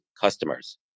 customers